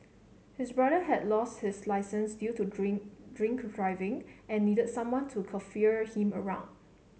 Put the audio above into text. his brother had lost his licence due to drink drink driving and needed someone to chauffeur him around